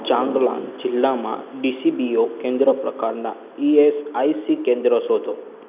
ચાંગલાંગ જિલ્લામાં ડીસીબીઓ કેન્દ્ર પ્રકારનાં ઇએસઆઇસી કેન્દ્રો શોધો